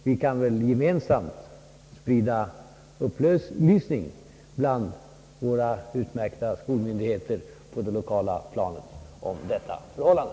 Vi kan väl gemensamt sprida upplysning bland våra utmärkta skolmyndigheter på det lokala planet om detta förhållande.